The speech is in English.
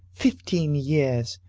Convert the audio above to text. fifteen years!